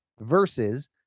versus